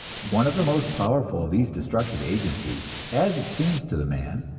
one of the most powerful of these destructive agencies, as it seems to the man,